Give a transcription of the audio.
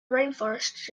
rainforests